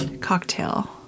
cocktail